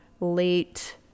late